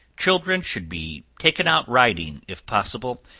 children should be taken out riding if possible,